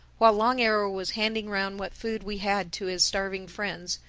while long arrow was handing round what food we had to his starving friends,